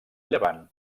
llevant